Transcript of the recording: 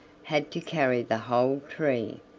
had to carry the whole tree,